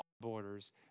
borders